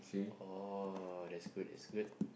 oh that's good that's good